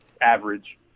average